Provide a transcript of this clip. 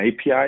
API